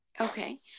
Okay